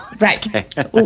Right